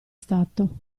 stato